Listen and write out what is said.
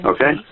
Okay